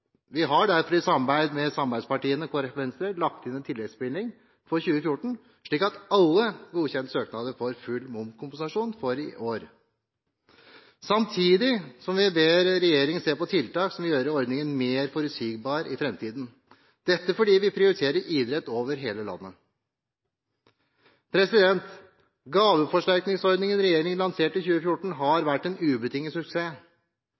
Vi har derfor, i samarbeid med samarbeidspartiene Kristelig Folkeparti og Venstre, lagt inn en tilleggsbevilgning for 2014, slik at alle godkjente søknader får full momskompensasjon for i år. Samtidig ber vi regjeringen se på tiltak som vil gjøre ordningen mer forutsigbar i fremtiden – dette fordi vi prioriterer idrett over hele landet. Gaveforsterkningsordningen regjeringen lanserte i 2014 har vært en ubetinget suksess,